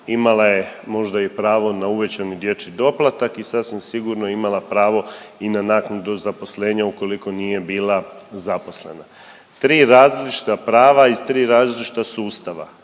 imala je možda i pravo na uvećani dječji doplatak i sasvim sigurno je imala pravo i na naknadu zaposlenja ukoliko nije bila zaposlena. Tri različita prava iz tri različita sustava.